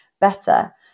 better